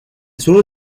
sur